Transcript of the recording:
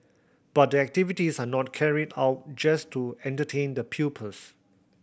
but the activities are not carried out just to entertain the pupils